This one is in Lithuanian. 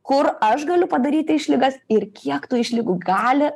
kur aš galiu padaryti išlygas ir kiek tų išlygų gali